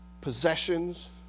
possessions